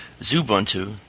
Zubuntu